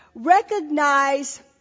Recognize